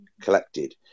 collected